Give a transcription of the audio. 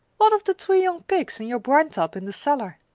what of the three young pigs in your brine tub in the cellar?